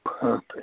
purpose